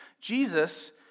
Jesus